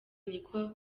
niko